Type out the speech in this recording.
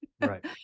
Right